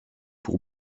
pour